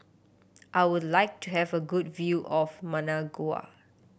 I would like to have a good view of Managua